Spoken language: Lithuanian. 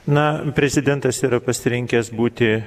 na prezidentas yra pasirengęs būti